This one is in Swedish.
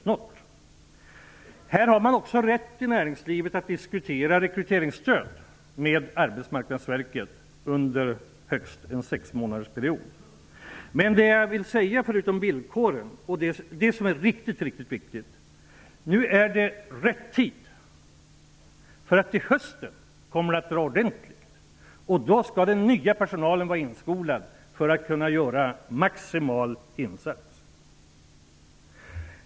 I näringslivet har man också rätt att med Arbetsmarknadsverket diskutera rekryteringsstöd under högst en 6-månadersperiod. Det viktiga är att det nu är rätt tid. Till hösten kommer det att dra i gång ordentligt. Då skall den nya personalen vara inskolad, så att den kan göra en maximal insats.